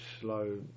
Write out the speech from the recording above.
slow